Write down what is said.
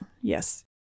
yes